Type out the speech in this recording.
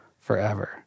forever